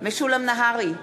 משולם נהרי,